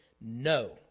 No